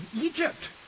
Egypt